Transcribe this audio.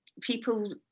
people